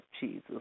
jesus